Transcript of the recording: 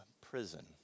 prison